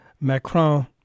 Macron